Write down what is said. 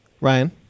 Ryan